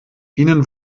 ihnen